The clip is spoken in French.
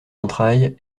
entrailles